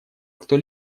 кто